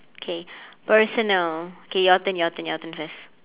okay personal okay your turn your turn your turn first